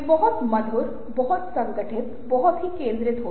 उन्हें सहज कैसे बनाया जाए